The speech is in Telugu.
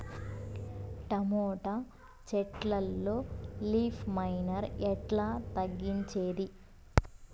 టమోటా చెట్లల్లో లీఫ్ మైనర్ ఎట్లా తగ్గించేది?